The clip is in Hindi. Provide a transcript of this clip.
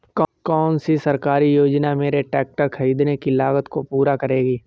कौन सी सरकारी योजना मेरे ट्रैक्टर ख़रीदने की लागत को पूरा करेगी?